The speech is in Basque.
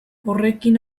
horrekin